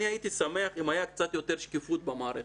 אני הייתי שמח אם היה קצת יותר שקיפות במערכת.